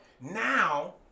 Now